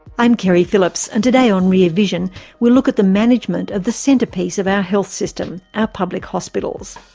i'm keri phillips and today on rear vision we'll look at the management of the centrepiece of our health system, our public hospitals.